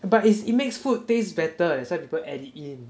but it it makes food tastes better that's why people add it in